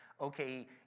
okay